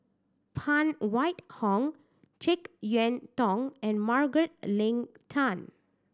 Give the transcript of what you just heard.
Phan Wait Hong Jek Yeun Thong and Margaret Leng Tan